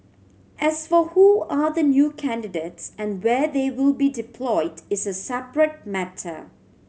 as for who are the new candidates and where they will be deployed is a separate matter